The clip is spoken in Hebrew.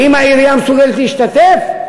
ואם העירייה מסוגלת להשתתף,